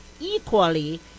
equally